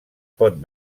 pot